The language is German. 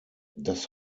das